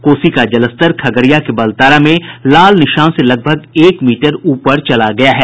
कोसी का जलस्तर खगड़िया के बलतारा में खतरे के निशान से लगभग एक मीटर ऊपर चला गया है